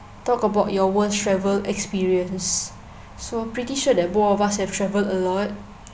talk about your worst travel experience so pretty sure that both of us have travel a lot